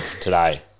today